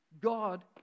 God